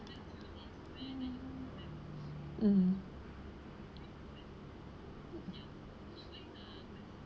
mm